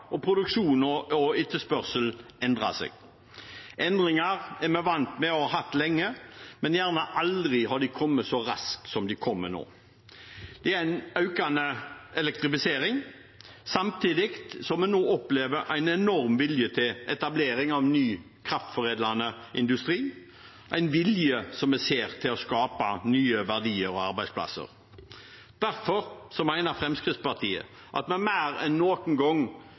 og produksjonen og etterspørselen endrer seg. Endringer er vi vant med og har hatt lenge, men de har nok aldri kommet så raskt som de kommer nå. Det er en økende elektrifisering, samtidig som vi nå opplever en enorm vilje til etablering av ny kraftforedlende industri – en vilje som vi ser, til å skape nye verdier og arbeidsplasser. Derfor mener Fremskrittspartiet at vi mer enn noen gang